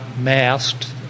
masked